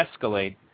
escalate